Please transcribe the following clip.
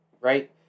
right